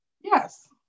Yes